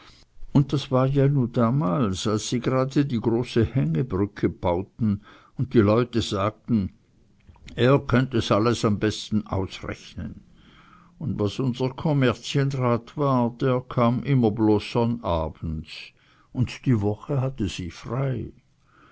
un das war ja nu damals als sie jrade die große hängebrücke bauten un die leute sagten er könnt es alles am besten ausrechnen un was unser kommerzienrat war der kam immer bloß sonnabends un die woche hatten sie frei